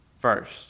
First